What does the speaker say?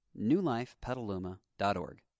newlifepetaluma.org